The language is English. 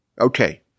Okay